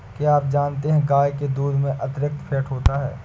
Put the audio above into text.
क्या आप जानते है गाय के दूध में अतिरिक्त फैट होता है